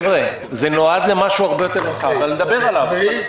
זה נועד למשהו הרבה יותר רחב, ונדבר עליו.